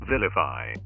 Vilify